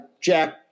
Jack